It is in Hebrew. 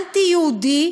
אנטי-יהודי,